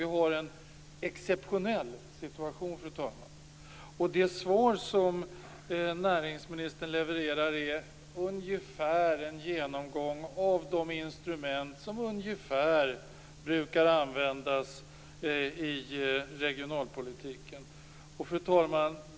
Vi har, fru talman, en exceptionell situation. Det svar som näringsministern levererar är ungefärligen en genomgång av de instrument som brukar användas i regionalpolitiken. Fru talman!